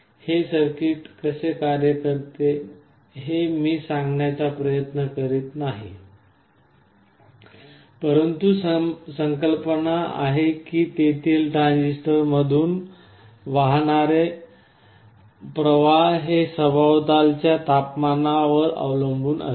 हे सर्किट कसे कार्य करते हे मी सांगण्याचा प्रयत्न करीत नाही परंतु अशी संकल्पना आहे की तेथील ट्रान्झिस्टरमधून वाहणारे प्रवाह हे सभोवतालच्या तपमानावर अवलंबून असते